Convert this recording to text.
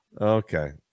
Okay